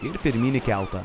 ir pirmyn į keltą